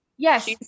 Yes